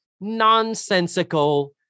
nonsensical